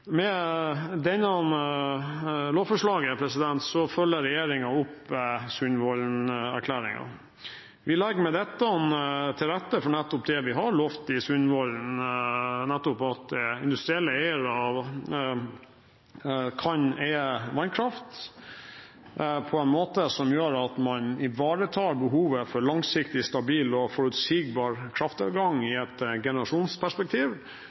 Med dette lovforslaget følger regjeringen opp Sundvolden-erklæringen. Vi legger med dette til rette for nettopp det vi har lovet der, at industrielle eiere kan eie vannkraft på en måte som gjør at man ivaretar behovet for langsiktig, stabil og forutsigbar krafttilgang i et generasjonsperspektiv,